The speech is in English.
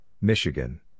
Michigan